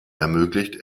ermöglicht